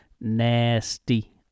nasty